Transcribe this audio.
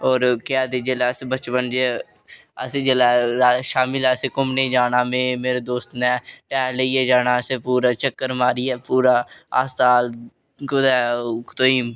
होर केह् आखदे जेल्लै अस बचपन च असें जेल्लै शामीं लै असें घुम्मने गी जाना शामीं मेरे दोस्त नै टायर लेइया जाना असें पूरा चक्कर लाइयै पूरा अस कुदै तुआहीं कटरै